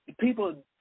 people